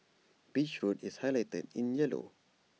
beach road is highlighted in yellow